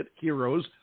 Heroes